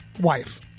wife